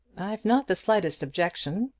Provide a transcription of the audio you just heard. i've not the slightest objection.